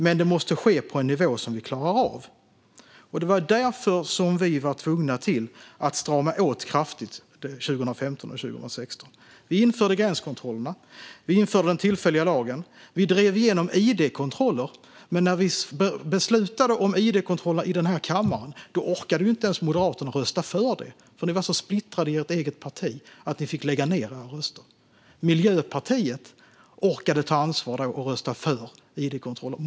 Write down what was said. Men det måste ske på en nivå som vi klarar av." Det var därför vi var tvungna att strama åt kraftigt 2015 och 2016. Vi införde gränskontrollerna, vi införde den tillfälliga lagen och vi drev igenom id-kontroller. Men när den här kammaren beslutade om id-kontrollerna orkade Moderaterna inte ens rösta för dem. Partiet var så splittrat att man fick lägga ned sina röster. Miljöpartiet orkade ta ansvar och röstade för id-kontroller.